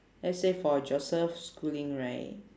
let's say for joseph schooling right